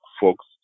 folks